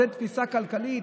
זו תפיסה כלכלית?